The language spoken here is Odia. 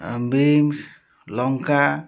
ବିନ୍ସ୍ ଲଙ୍କା